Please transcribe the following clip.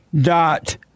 dot